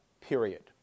period